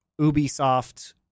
Ubisoft